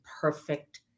perfect